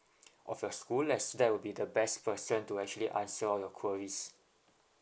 of your school as that would be the best person to actually answer all your queries